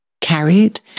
carried